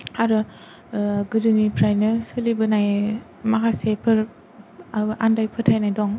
आरो गोदोनिफ्रायनो सोलिबोनाय माखासेफोर माबा आन्दाय फोथायनाय दं